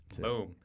Boom